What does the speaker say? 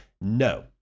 No